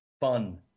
fun